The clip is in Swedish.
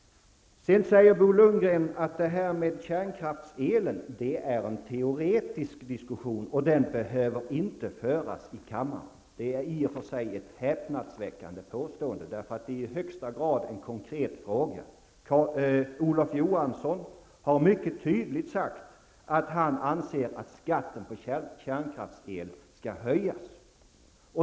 Sedan säger Bo Lundgren att diskussionen om kärnkraftselen är en teoretisk diskussion och att den inte behöver föras i kammaren. Det är i och för sig ett häpnadsväckande påstående, eftersom det är en i högsta grad konkret fråga. Olof Johansson har mycket tydligt sagt att han anser att skatten på kärnkraftel skall höjas.